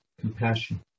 compassion